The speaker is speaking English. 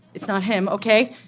it's not him, okay,